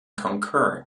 concur